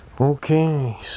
okay